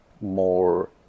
more